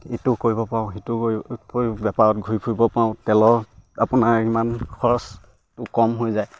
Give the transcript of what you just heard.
এইটো কৰিব পাৰোঁ সেইটো বেপাৰত ঘূৰি ফুৰিব পাৰোঁ তেলৰ আপোনাৰ ইমান খৰচটো কম হৈ যায়